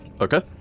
Okay